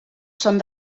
són